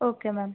okay ma'am